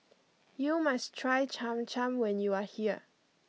you must try Cham Cham when you are here